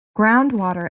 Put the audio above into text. groundwater